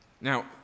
Now